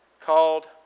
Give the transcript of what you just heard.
called